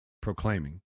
proclaiming